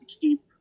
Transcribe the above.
keep